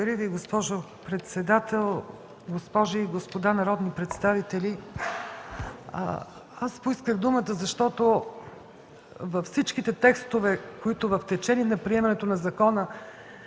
Благодаря Ви, госпожо председател. Госпожи и господа народни представители, поисках думата, защото във всичките текстове, в които в течение на приемането на закона,